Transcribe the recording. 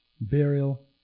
burial